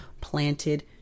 planted